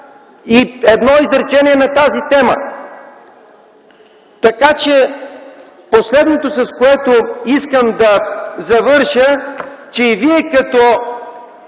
и едно изречение на тази тема. Последното, с което искам да завърша, е, че Вие като